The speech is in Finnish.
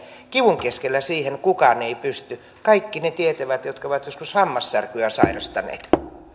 kivun keskellä siihen kukaan ei pysty kaikki ne tietävät jotka ovat joskus hammassärkyä sairastaneet